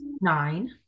Nine